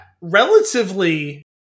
relatively